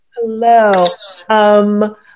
Hello